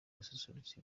gususurutsa